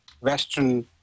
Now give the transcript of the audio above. Western